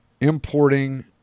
importing